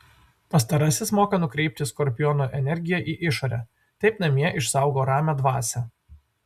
pastarasis moka nukreipti skorpiono energiją į išorę taip namie išsaugo ramią dvasią